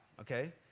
okay